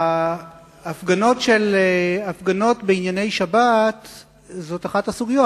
ההפגנות בעניין השבת הן אחת הסוגיות.